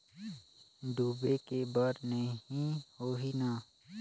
डूबे के बर नहीं होही न?